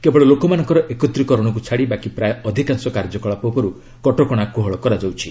କେବଳ ଲୋକମାନଙ୍କର ଏକତ୍ରିକରଣକୁ ଛାଡ଼ି ବାକି ପ୍ରାୟ ଅଧିକାଂଶ କାର୍ଯ୍ୟକଳାପ ଉପରୁ କଟକଣା କୋହଳ କରାଯାଇଛି